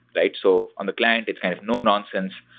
right? so on the client, it's kind of no nonsense,